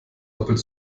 doppelt